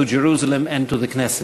to Jerusalem and to the Knesset.